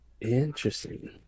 interesting